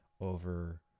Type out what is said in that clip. over